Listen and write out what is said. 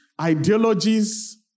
ideologies